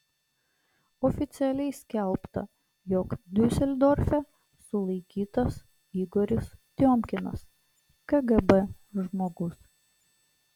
oficialiai skelbta jog diuseldorfe sulaikytas igoris tiomkinas kgb žmogus